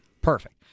Perfect